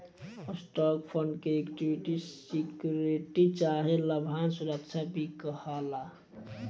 stock fund के equity security चाहे लाभांश सुरक्षा भी कहाला